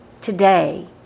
today